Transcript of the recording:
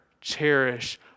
cherish